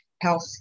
health